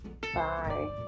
Bye